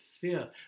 fear